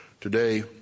today